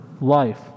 life